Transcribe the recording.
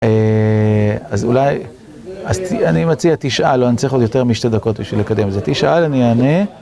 אז אולי, אז אני מציע תשאל, אני צריך עוד יותר משתי דקות בשביל לקדם את זה, תשאל אני אענה.